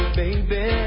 baby